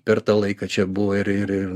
per tą laiką čia buvo ir ir